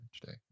today